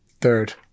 Third